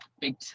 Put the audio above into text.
big